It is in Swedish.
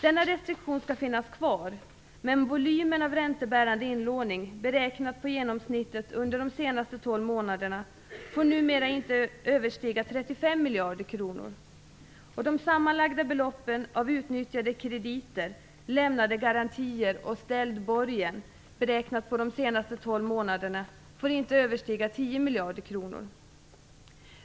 Denna restriktion skall finnas kvar, men volymen av räntebärande inlåning beräknat på genomsnittet under de senaste 12 månaderna får numera inte överstiga 35 miljarder kronor. De sammanlagda beloppen av utnyttjade krediter, lämnade garantier och ställd borgen beräknat på de senaste 12 månaderna får inte överstiga 10 miljarder kronor.